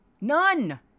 None